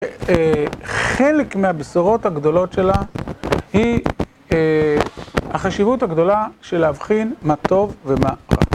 חלק מהבשורות הגדולות שלה היא החשיבות הגדולה של להבחין מה טוב ומה רע.